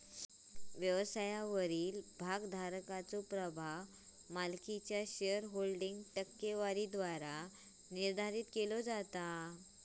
व्यवसायावरील भागोधारकाचो प्रभाव मालकीच्यो शेअरहोल्डिंग टक्केवारीद्वारा निर्धारित केला जाता